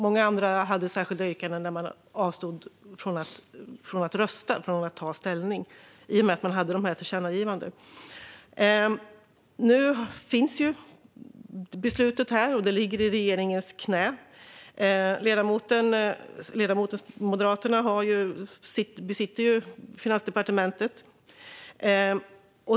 Många andra hade särskilda yttranden men avstod från att rösta och ta ställning i och med att riksdagen gjorde dessa tillkännagivanden. Nu finns detta beslut, och frågan ligger i regeringens knä. Moderaterna kontrollerar ju Finansdepartementet.